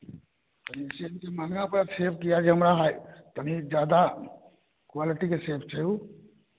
कनि सेबके महँगा पड़तै सेबके किए जे हमरा कनि जादा क्वालिटीके सेब छै ओ